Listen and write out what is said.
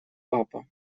папа